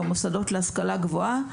במוסדות להשכלה גבוהה,